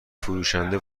فروشنده